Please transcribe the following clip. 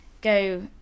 go